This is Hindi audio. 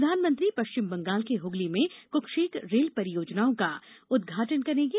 प्रधानमंत्री पश्चिम बंगाल के हुगली में कुछेक रेल परियोजनाओं का उद्घाटन करेंगे